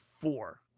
four